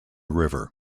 river